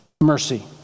mercy